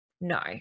No